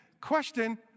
Question